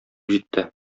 җитте